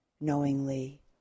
knowingly